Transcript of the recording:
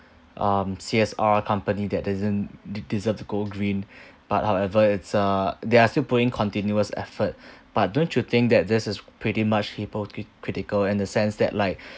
um C_S_R company that doesn't de~ deserve to go green but however it's uh they are still putting continuous effort but don't you think that this is pretty much hypocri~ critical in the sense that like